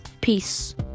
Peace